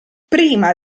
prima